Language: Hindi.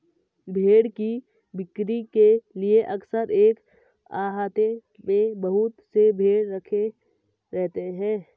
भेंड़ की बिक्री के लिए अक्सर एक आहते में बहुत से भेंड़ रखे रहते हैं